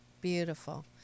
beautiful